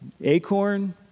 ACORN